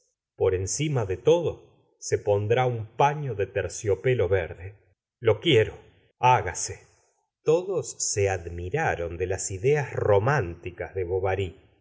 poi encima de torlo se pondrá un paño de fe ciop elo ve de lo quiero hdgase todos se admiraron de lm ideas románticas de